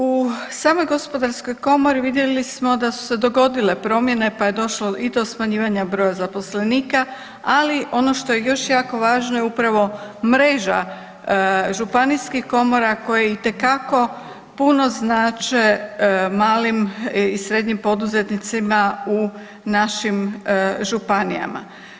U samog Gospodarskoj komori vidjeli smo da su se dogodile promjene pa je došlo i do smanjivanja broja zaposlenika, ali ono što je još jako važno je upravo mreža županijskih komora koje itekako puno znače malim i srednjim poduzetnicima u našim županijama.